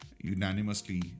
unanimously